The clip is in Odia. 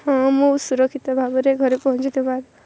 ହଁ ମୁଁ ସୁରକ୍ଷିତ ଭାବରେ ଘରେ ପହଞ୍ଚିଥିବା